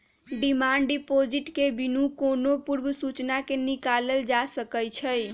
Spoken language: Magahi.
डिमांड डिपॉजिट के बिनु कोनो पूर्व सूचना के निकालल जा सकइ छै